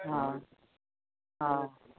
অঁ অঁ